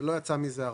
ולא יצא מזה הרבה.